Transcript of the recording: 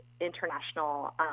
international